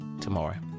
tomorrow